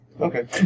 Okay